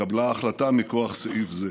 התקבלה ההחלטה מכוח סעיף זה.